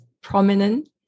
prominent